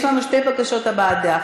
לכן, יש לנו שתי בקשות הבעת דעה.